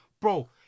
Bro